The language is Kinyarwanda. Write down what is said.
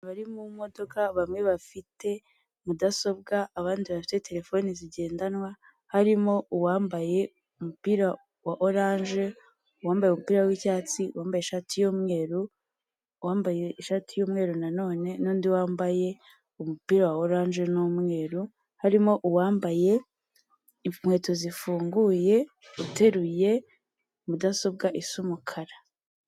Abari mu modoka bamwe bafite mudasobwa abandi bafite terefone zigendanwa harimo uwambaye umupira wa orange, wambaye umupira wicyatsi, wambaye ishati y'umweru, wambaye ishati yumweru na none nundi wambaye umupira wa orange n'umweru ,harimo uwambaye inkweto zifunguye uteruye mudasobwa isa umukara.